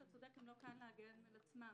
אתה צודק, הם לא כאן להגן על עצמם.